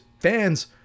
fans